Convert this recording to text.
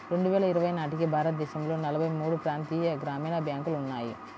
రెండు వేల ఇరవై నాటికి భారతదేశంలో నలభై మూడు ప్రాంతీయ గ్రామీణ బ్యాంకులు ఉన్నాయి